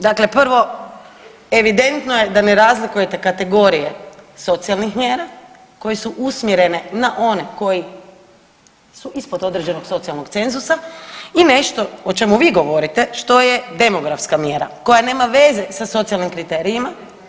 Dakle, prvo evidentno je da ne razlikujete kategorije socijalnih mjera koji su usmjereni na one koji su ispod određenog socijalnog cenzusa i nešto o čemu vi govorite što je demografska mjera koja nema veze sa socijalnim kriterijima.